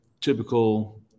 typical